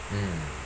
mm